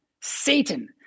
Satan